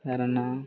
வேறேன்ன